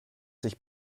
sich